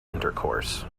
intercourse